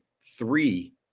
three